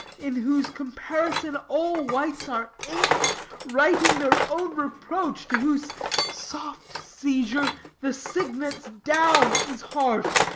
in whose comparison all whites are ink writing their own reproach to whose soft seizure the cygnet's down is harsh,